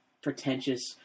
Pretentious